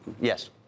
Yes